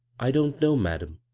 i don't know, madam,